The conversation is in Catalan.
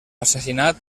assassinat